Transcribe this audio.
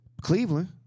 Cleveland